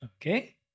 Okay